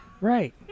Right